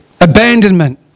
abandonment